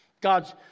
God's